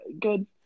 good